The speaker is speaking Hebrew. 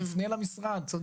תפנה למשרד.."